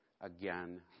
again